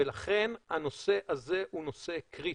ולכן הנושא הזה הוא נושא קריטי.